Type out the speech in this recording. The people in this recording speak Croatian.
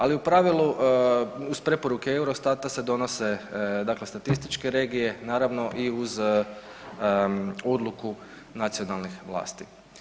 Ali u pravilu, uz preporuke EUROSTAT-a se donose, dakle statističke regije naravno i uz odluku nacionalnih vlasti.